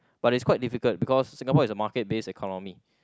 but is quite difficult because Singapore is a market based economy